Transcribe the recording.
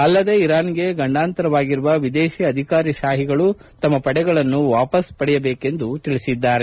ಅಲ್ಲದೆ ಇರಾನ್ಗೆ ಗಂಡಾಂತರವಾಗಿರುವ ವಿದೇಶಿ ಅಧಿಕಾರಶಾಹಿಗಳು ತಮ್ನ ಪಡೆಗಳನ್ನು ವಾಪಸ್ತು ಪಡೆಯಬೇಕೆಂದು ಅವರು ಹೇಳದ್ದಾರೆ